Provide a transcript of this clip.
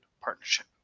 partnership